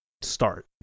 start